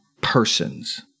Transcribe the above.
persons